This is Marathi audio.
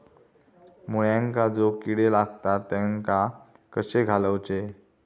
मुळ्यांका जो किडे लागतात तेनका कशे घालवचे?